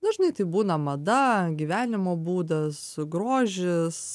dažnai tai būna mada gyvenimo būdas grožis